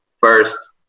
first